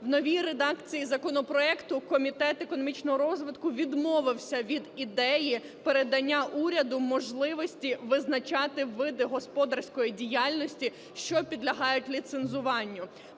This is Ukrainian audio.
У новій редакції законопроекту Комітет економічного розвитку відмовився від ідеї передання уряду можливості визначати види господарської діяльності, що підлягають ліцензуванню.